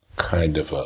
kind of ah